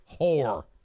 whore